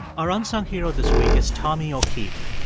our unsung hero this week is tommy o'keefe.